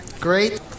great